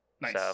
Nice